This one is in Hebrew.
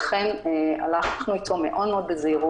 ושולח לא 300 אלא שולח 30 ומוציא על זה פרסום,